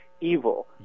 evil